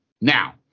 Now